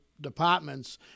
departments